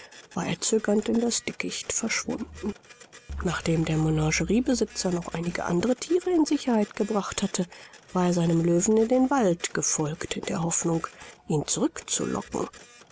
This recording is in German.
war er zögernd in das dickicht verschwunden nachdem der menageriebesitzer noch einige andere thiere in sicherheit gebracht hatte war er seinem löwen in den wald gefolgt in der hoffnung ihn zurückzulocken